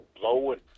blowing